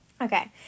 Okay